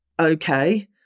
okay